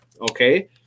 okay